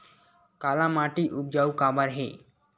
काला माटी उपजाऊ काबर हे?